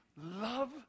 love